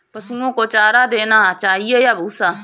पशुओं को चारा देना चाहिए या भूसा?